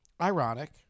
ironic